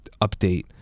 update